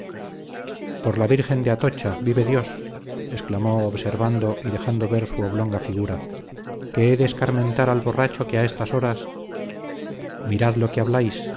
por la virgen de atocha vive dios exclamó observando y dejando ver su oblonga figura que he de escarmentar al borracho que a estas horas mirad lo que habláis